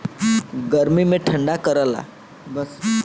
गर्मी मे ठंडा करला